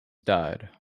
died